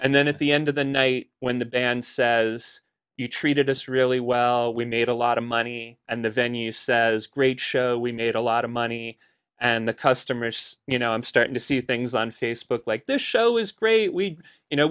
and then at the end of the night when the band says you treated us really well we made a lot of money and the venue says great show we made a lot of money and the customers you know i'm starting to see things on facebook like this show is great we you know